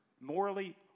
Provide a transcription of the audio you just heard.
morally